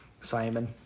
Simon